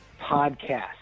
Podcast